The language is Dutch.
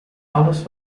alles